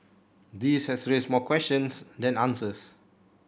this has raised more questions than answers